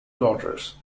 daughters